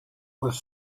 was